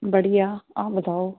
ਬੜੀਆ ਆਪ ਬਤਾਓ